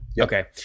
Okay